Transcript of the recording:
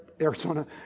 Arizona